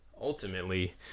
ultimately